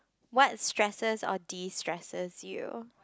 what stresses or de stresses you